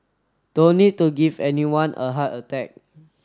don't need to give anyone a heart attack